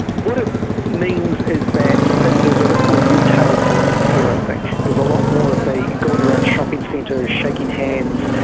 what it means is that ah there's a lot more retail politics here i think. there's a lot more of going around shopping centres, shaking hands,